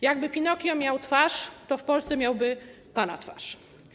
Jakby Pinokio miał twarz, to w Polsce miałby pana twarz.